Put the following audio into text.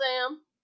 Sam